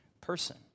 person